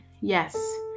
Yes